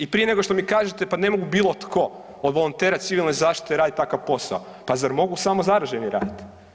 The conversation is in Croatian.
I prije nego što mi kažete pa ne mogu bilo tko od volontera civilne zaštite raditi takav posao, pa zar mogu samo zaraženi raditi.